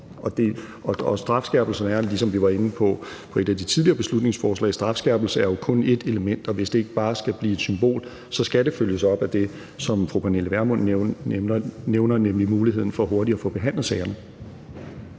Og strafskærpelsen er, som vi var inde på i forbindelse med et af de tidligere beslutningsforslag, jo kun ét element, og hvis det ikke bare skal blive et symbol, så skal det følges op af det, som fru Pernille Vermund nævner, nemlig muligheden for hurtigt at få behandlet sagerne.